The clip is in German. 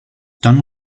dann